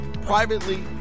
privately